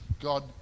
God